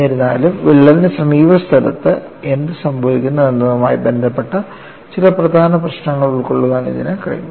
എന്നിരുന്നാലും വിള്ളലിന്റെ സമീപസ്ഥലത്ത് എന്ത് സംഭവിക്കുന്നു എന്നതുമായി ബന്ധപ്പെട്ട ചില പ്രധാന പ്രശ്നങ്ങൾ ഉൾക്കൊള്ളാൻ ഇതിന് കഴിഞ്ഞു